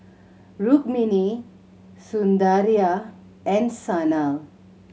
Rukmini Sundaraiah and Sanal